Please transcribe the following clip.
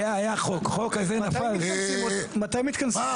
הישיבה ננעלה בשעה